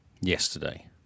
Yesterday